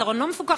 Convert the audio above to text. צהרון לא מפוקח,